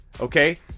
Okay